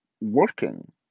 working